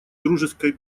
дружеской